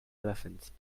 elephants